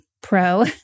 pro